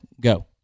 Go